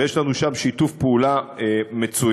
ויש לנו שם שיתוף פעולה מצוין,